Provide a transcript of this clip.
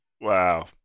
Wow